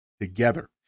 together